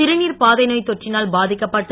சிறுநீர்ப் பாதை நோய்த் தொற்றினால் பாதிக்கப்பட்டு